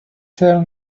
tell